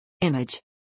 Image